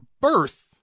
birth